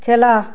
খেলা